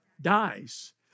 dies